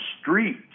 Street